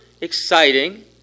exciting